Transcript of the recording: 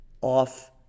off